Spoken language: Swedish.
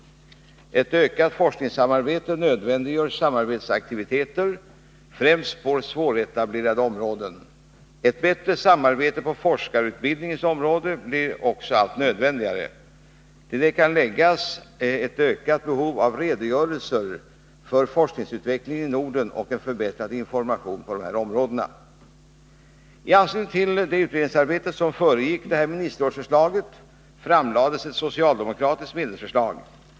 Ett ökat forskningssamarbete nödvändiggör samarbetsaktiviteter främst på svårtetablerade områden. Ett bättre samarbete på forskarutbildningens område blir också allt nödvändigare. Till detta kan läggas ett ökat behov av redogörelser för forskningsutvecklingen i Norden och en förbättrad information på dessa områden. I anslutning till det utredningsarbete som föregick detta ministerrådsförslag framlades ett socialdemokratiskt medlemsförslag.